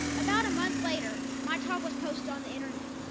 about a month later, my talk was posted on the internet.